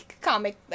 Comic